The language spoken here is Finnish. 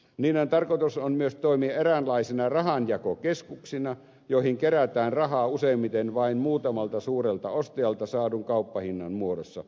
niiden tarkoitus on myös toimia eräänlaisina rahanjakokeskuksina joihin kerätään rahaa useimmiten vain muutamalta suurelta ostajalta saadun kauppahinnan muodossa